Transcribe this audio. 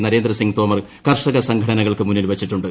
നരേന്ദ്ര സിംഗ് തോമർ കർഷക സംഘടനകൾക്ക് മുന്നിൽ വച്ചിട്ടുണ്ട്